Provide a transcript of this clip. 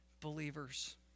believers